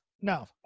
No